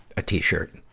a t-shirt.